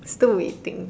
too wasting